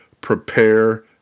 prepare